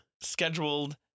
scheduled